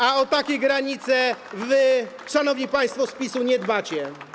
A o takie granice wy, szanowni państwo z PiS-u, nie dbacie.